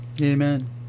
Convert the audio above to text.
amen